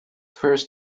first